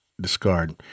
discard